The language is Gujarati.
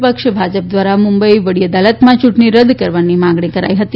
વિપક્ષ ભાજપ દ્રારા મુંબઈ વડી અદાલતમાં યૂંટણી રદ કરવાની માંગણી કરાઈ હતી